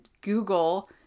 Google